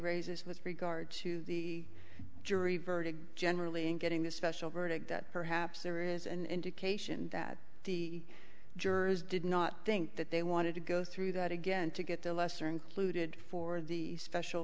this with regard to the jury verdict generally in getting the special verdict that perhaps there is an indication that the jurors did not think that they wanted to go through that again to get the lesser included for the special